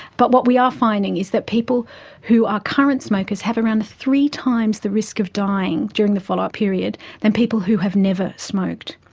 but what we are finding is that people who are current smokers have around three times the risk of dying during the follow-up period than people who have never smoked.